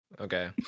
Okay